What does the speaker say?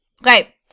Okay